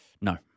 No